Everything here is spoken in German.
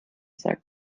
sagt